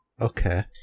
Okay